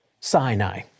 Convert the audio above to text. Sinai